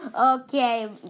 Okay